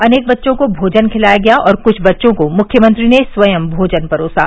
अनेक बच्चों को भोजन खिलाया गया और कुछ बच्चों को मुख्यमंत्री ने स्वयं भोजन परोसा